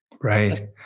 Right